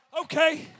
Okay